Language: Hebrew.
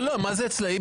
אני מעלה תהיות,